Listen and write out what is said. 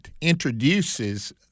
introduces